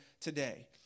today